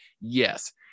Yes